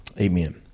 Amen